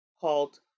called